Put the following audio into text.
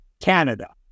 Canada